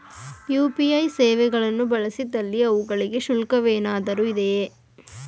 UPI ಸೇವೆಗಳು ಬಳಸಿದಲ್ಲಿ ಅವುಗಳಿಗೆ ಶುಲ್ಕವೇನಾದರೂ ಇದೆಯೇ?